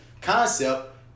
concept